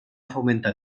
fomentar